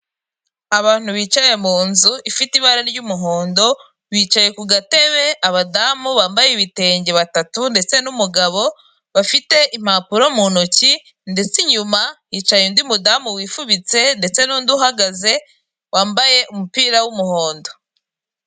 Abantu bicaye mu nzu ifite ibara ry'umuhondo, bicaye ku gatebe, abadamu bambaye ibitenge batatu, ndetse n'umugabo, bafite impapuro mu ntoki, ndetse inyuma yicaye undi mudamu wifubitse, ndetse n'undi uhagaze, wambaye umupira w'umuhondo.